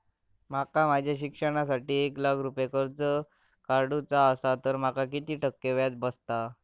माका माझ्या शिक्षणासाठी एक लाख रुपये कर्ज काढू चा असा तर माका किती टक्के व्याज बसात?